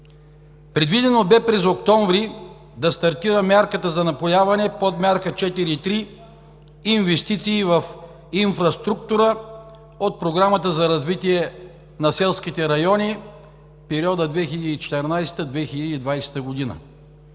Предвидено бе през октомври да стартира мярката за напояване – Подмярка 4.3 „Инвестиции в инфраструктура“ от Програмата за развитие на селските райони в периода 2014 – 2020 г.